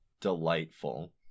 Delightful